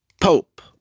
pope